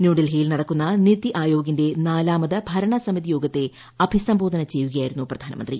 ന്യൂഡൽഹിയിൽ നടക്കുന്ന ന്റിരി ആയോഗിന്റെ നാലാമത് ഭരണസമിതിയോഗത്തെ അഭിസംബോധന ചെയ്യുകയായിരുന്നു പ്രധാന്ടമന്ത്രി